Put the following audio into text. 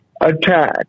attack